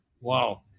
Wow